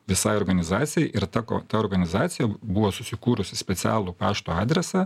visai organizacijai ir ta ko ta organizacija buvo susikūrusi specialų pašto adresą